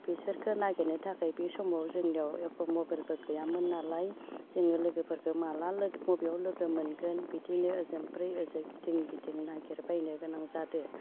बेसोरखो नागिरनो थाखाय बे समाव जोंनियाव एख' मबाइलबो गैयामोन नालाय जोङो लोगोफोरखो माला बबेयाव लोगोमोनगोन बिदिनो ओजोंनिफ्राय ओजों गिदिं गिदिं नागिरबायनो गोनां जादो